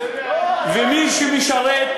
ומי שמשרת,